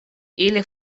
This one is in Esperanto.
ili